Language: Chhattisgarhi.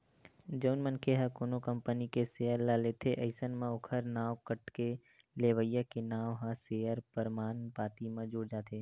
जउन मनखे ह कोनो कंपनी के सेयर ल लेथे अइसन म ओखर नांव कटके लेवइया के नांव ह सेयर परमान पाती म जुड़ जाथे